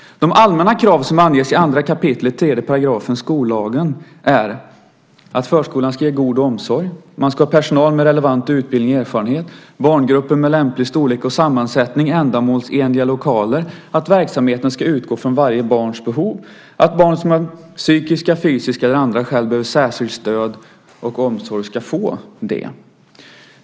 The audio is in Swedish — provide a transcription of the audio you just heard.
De allmänna krav som anges i 2 kap. 3 § skollagen är att förskolan ska ge god omsorg, att man ska ha personal med relevant utbildning och erfarenhet, barngrupper med lämplig storlek och sammansättning och ändamålsenliga lokaler, att verksamheten ska utgå från varje barns behov och att barn som av psykiska, fysiska eller andra skäl behöver särskilt stöd och särskild omsorg ska få det.